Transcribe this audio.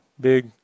big